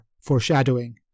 foreshadowing